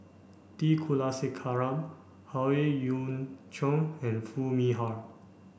T Kulasekaram Howe Yoon Chong and Foo Mee Har